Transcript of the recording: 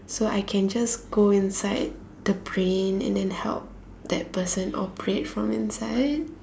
so I can just go inside the brain and then help that person operate from inside